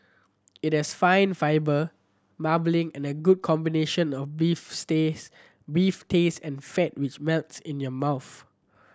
it has fine fibre marbling and a good combination of beef stays beef taste and fat which melts in your mouth